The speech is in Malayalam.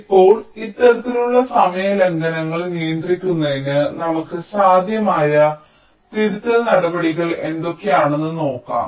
ഇപ്പോൾ ഇത്തരത്തിലുള്ള സമയ ലംഘനങ്ങൾ നിയന്ത്രിക്കുന്നതിന് നമുക്ക് സാധ്യമായ തിരുത്തൽ നടപടികൾ എന്തൊക്കെയാണെന്ന് നോക്കാം